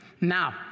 Now